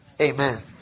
Amen